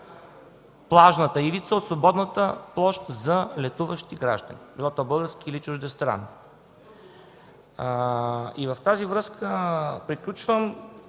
плажната ивица, от свободната площ за летуващи граждани – било то български или чуждестранни. В тази връзка трябва